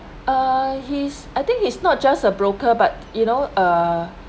uh he's I think he's not just a broker but you know uh